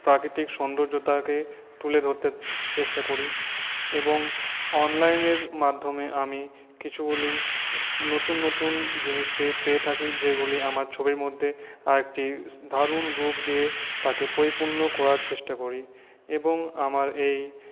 প্রাকৃতিক সৌন্দর্যতাকে তুলে ধরতে চেষ্টা করি এবং অনলাইনের মাধ্যমে আমি কিছুগুলি নতুন নতুন জিনিসকে পেয়ে থাকি যেগুলি আমার ছবির মধ্যে একটি দারুন রূপ দিয়ে তাকে পরিপূর্ণ করার চেষ্টা করি এবং আমার এই